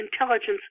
intelligence